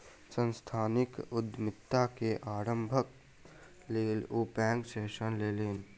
सांस्थानिक उद्यमिता के आरम्भक लेल ओ बैंक सॅ ऋण लेलैन